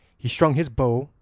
he strung his bow,